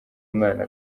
umwana